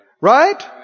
Right